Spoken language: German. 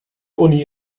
uni